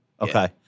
okay